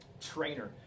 trainer